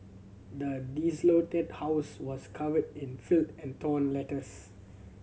the desolated house was covered in filth and torn letters